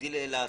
הגדיל לעשות.